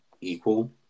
equal